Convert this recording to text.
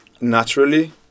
naturally